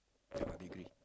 yeah degree